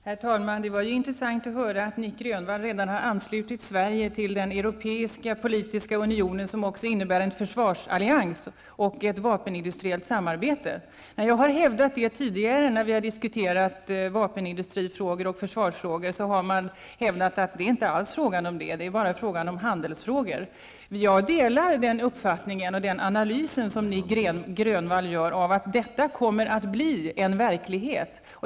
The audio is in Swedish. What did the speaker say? Herr talman! Det var intressant att höra att Nic Grönvall redan har anslutit Sverige till den europeiska politiska unionen, som ju också innebär en försvarsallians och ett vapenindustriellt samarbete. När jag har hävdat det tidigare i diskussioner om vapenindustrin och försvarsfrågor har man hävdat att det inte alls är som jag säger. Det skulle bara röra sig om handelsfrågor. Jag delar Nic Grönvalls uppfattning och instämmer i den analys som han gör, nämligen att det vi här talar om kommer att bli verklighet.